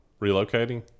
Relocating